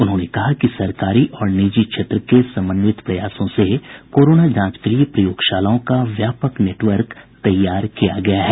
उन्होंने कहा कि सरकारी और निजी क्षेत्र के समन्वित प्रयासों से कोरोना जांच के लिए प्रयोगशालाओं का व्यापक नेटवर्क तैयार किया गया है